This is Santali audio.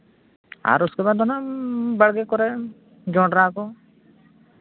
ᱟᱨ ᱩᱥᱠᱮ ᱵᱟᱫ ᱫᱚᱦᱟᱸᱜ ᱵᱟᱲᱜᱮ ᱠᱚᱨᱮ ᱡᱚᱱᱰᱨᱟ ᱠᱚ